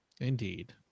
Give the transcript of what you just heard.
Indeed